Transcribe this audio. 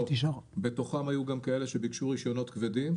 לא, בתוכם היו גם כאלה שביקשו רישיונות כבדים.